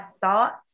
thoughts